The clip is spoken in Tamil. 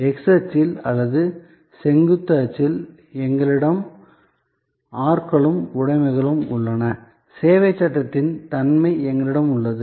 x அச்சில் அல்லது செங்குத்து அச்சில் எங்களிடம் ஆட்களும் உடைமைகளும் உள்ளன சேவைச் சட்டத்தின் தன்மை எங்களிடம் உள்ளது